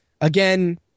again